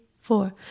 four